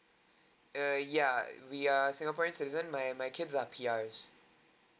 err ya we are singaporeans citizens my my kids are P_R